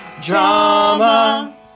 Drama